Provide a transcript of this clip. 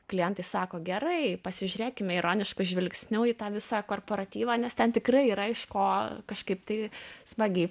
klientai sako gerai pasižiūrėkime ironišku žvilgsniu į tą visą korporatyvą nes ten tikrai yra iš ko kažkaip tai smagiai